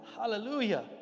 Hallelujah